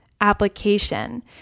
application